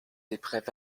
épreuves